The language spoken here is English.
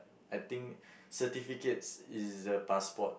I think certificates is the passport